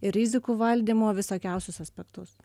ir rizikų valdymo visokiausius aspektus